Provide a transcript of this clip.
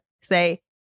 say